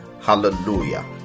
Hallelujah